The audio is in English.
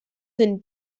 than